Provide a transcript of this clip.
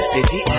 City